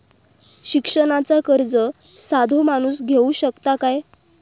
शिक्षणाचा कर्ज साधो माणूस घेऊ शकता काय?